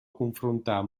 confrontar